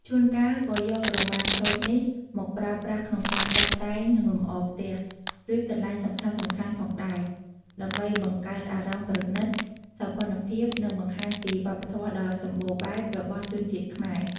ជួនកាលក៏យកក្រមាសូត្រនេះមកប្រើប្រាស់ក្នុងការតុបតែង និងលម្អផ្ទះ ឬកន្លែងសំខាន់ៗផងដែរ ដើម្បីបង្កើតអារម្មណ៍ប្រណិត សោភ័ណភាព និងបង្ហាញពីវប្បធម៌ដ៏សម្បូរបែបរបស់ជនជាតិខ្មែរ។